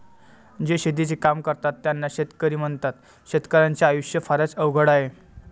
जे शेतीचे काम करतात त्यांना शेतकरी म्हणतात, शेतकर्याच्या आयुष्य फारच अवघड आहे